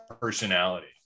personality